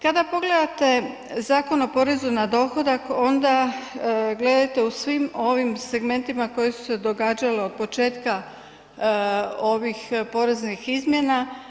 Kada pogledate Zakon o porezu na dohodak onda gledate u svim ovim segmentima koji su se događali od početka ovih poreznih izmjena.